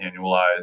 annualized